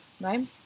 right